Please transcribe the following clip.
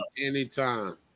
Anytime